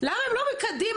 למה הן לא מקדימה,